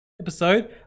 episode